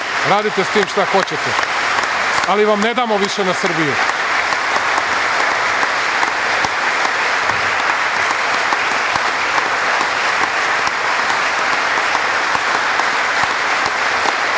Radite sa tim šta hoćete, ali vam ne damo više na Srbiju! Jeste